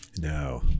No